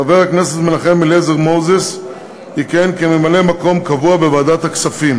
חבר הכנסת מנחם אליעזר מוזס יכהן כממלא-מקום קבוע בוועדת הכספים,